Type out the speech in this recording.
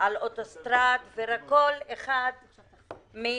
על אוטוסטרדה, ולכל אחד מהנוסעים